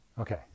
Okay